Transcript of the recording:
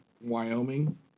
Wyoming